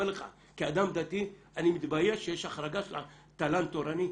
כאדם דתי אני מתבייש שיש החרגה של התל"ן התורני,